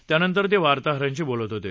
त्यानंतर ते वार्ताहारांशी बोलत होते